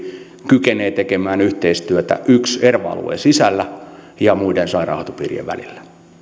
kykenee tekemään yhteistyötä erva alueen sisällä ja muiden sairaanhoitopiirien kanssa